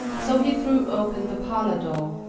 so he threw open the parlor door,